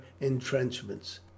entrenchments